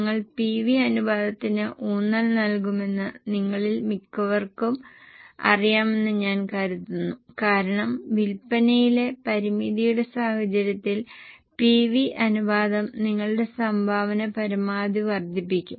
ഞങ്ങൾ പിവി അനുപാതത്തിന് ഊന്നൽ നൽകുമെന്ന് നിങ്ങളിൽ മിക്കവർക്കും അറിയാമെന്ന് ഞാൻ കരുതുന്നു കാരണം വിൽപ്പനയിലെ പരിമിതിയുടെ സാഹചര്യത്തിൽ പിവി അനുപാതം നിങ്ങളുടെ സംഭാവന പരമാവധി വർദ്ധിപ്പിക്കും